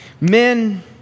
Men